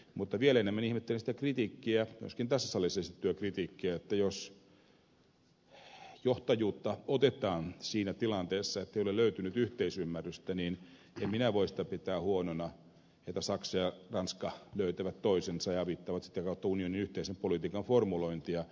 mutta vielä enemmän ihmettelen sitä myöskin tässä salissa esitettyä kritiikkiä että jos johtajuutta otetaan siinä tilanteessa ettei ole löytynyt yhteisymmärrystä niin en minä voi sitä pitää huonona että saksa ja ranska löytävät toisensa ja avittavat sitä kautta unionin yhteisen politiikan formulointia